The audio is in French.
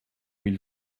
mille